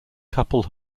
couple